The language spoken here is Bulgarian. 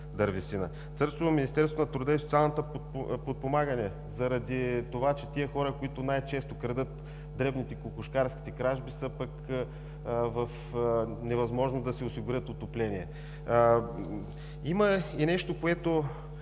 дървесина; Министерството на труда и социалното подпомагане заради това, че тези хора, които най-често крадат – дребните, кокошкарски кражби, са в невъзможност да си осигурят отопление. Искам и нещо друго